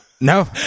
No